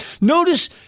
Notice